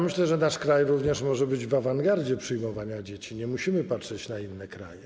Myślę, że nasz kraj również może być w awangardzie przyjmowania dzieci, nie musimy patrzeć na inne kraje.